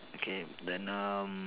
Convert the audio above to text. okay then um